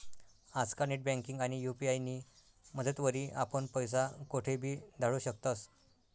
आजकाल नेटबँकिंग आणि यु.पी.आय नी मदतवरी आपण पैसा कोठेबी धाडू शकतस